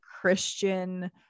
Christian